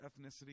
ethnicity